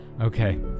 Okay